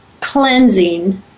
cleansing